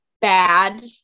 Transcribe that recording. bad